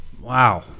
wow